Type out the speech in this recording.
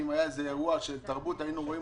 אם היה איזה אירוע של תרבות היינו רואים